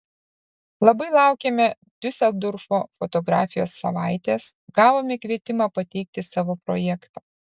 labai laukiame diuseldorfo fotografijos savaitės gavome kvietimą pateikti savo projektą